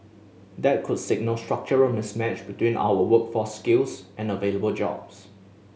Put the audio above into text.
that could signal structural mismatch between our workforce skills and available jobs